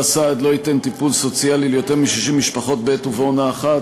הסעד לא ייתן טיפול סוציאלי ליותר מ-60 משפחות בעת ובעונה אחת,